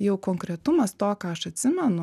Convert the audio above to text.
jau konkretumas to ką aš atsimenu